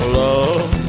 love